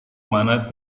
mana